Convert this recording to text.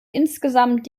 insgesamt